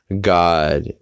God